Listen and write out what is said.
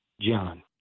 John